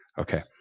okay